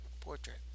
portrait